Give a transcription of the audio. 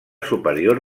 superior